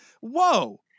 whoa